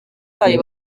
bayo